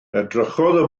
edrychodd